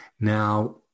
Now